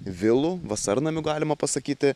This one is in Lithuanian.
vilų vasarnamių galima pasakyti